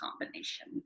combination